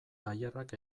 tailerrak